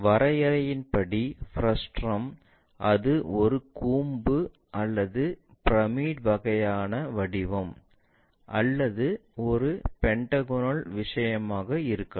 வரையறையின்படி ஃப்ரஸ்டம் அது ஒரு கூம்பு அல்லது பிரமிட் வகையான வடிவம் அல்லது ஒரு பென்டகோனல் விஷயமாக இருக்கலாம்